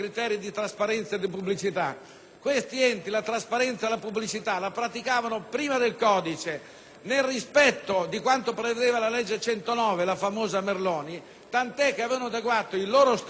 questi enti la trasparenza e la pubblicità la praticavano addirittura prima del codice, nel rispetto di quanto prevedeva la legge n. 109 del 1994, la famosa legge Merloni, tanto che avevano adeguato i loro statuti al rispetto di quelle norme.